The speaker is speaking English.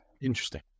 Interesting